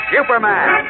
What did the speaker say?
Superman